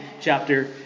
chapter